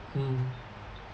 mm